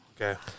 Okay